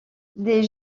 des